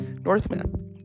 Northman